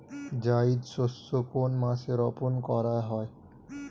জায়িদ শস্য কোন মাসে রোপণ করা হয়?